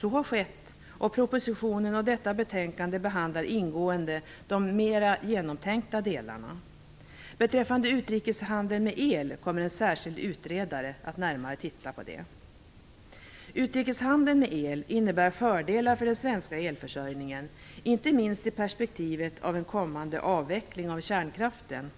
Så har skett, och propositionen och detta betänkande behandlar ingående de mera genomtänkta delarna. Beträffande utrikeshandeln med el kommer en särskild utredare att titta närmare på det. I propositionen står det att utrikeshandeln med el innebär fördelar för den svenska elförsörjningen, inte minst i perspektivet av en kommande avveckling av kärnkraften.